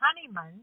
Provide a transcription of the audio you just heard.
Honeyman